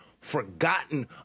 forgotten